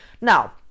now